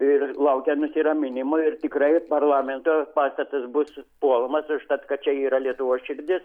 ir laukia nusiraminimo ir tikrai parlamento pastatas bus puolamas užtat kad čia yra lietuvos širdis